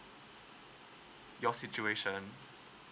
your situation